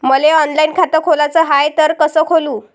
मले ऑनलाईन खातं खोलाचं हाय तर कस खोलू?